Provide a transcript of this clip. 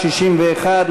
61,